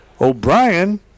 O'Brien